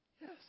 Yes